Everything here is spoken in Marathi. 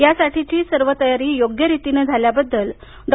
या साठीची सर्व तयारी योग्य रीतीनं झाल्याबद्दल डॉ